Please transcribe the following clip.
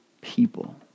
people